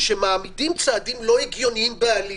כשמעמידים צעדים לא הגיוניים בעליל,